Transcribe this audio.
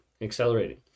accelerating